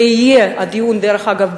דרך אגב,